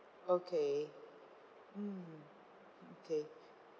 okay mm okay